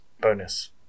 bonus